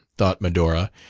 thought medora,